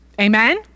Amen